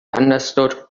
understood